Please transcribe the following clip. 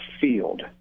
field